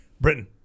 Britain